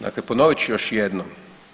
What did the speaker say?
Dakle, ponovit ću još jednom.